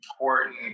important